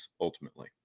ultimately